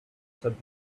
said